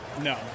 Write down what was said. No